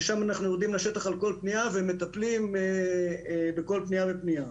ששם אנחנו יורדים לשטח על כל פנייה ומטפלים בכל פנייה ופנייה.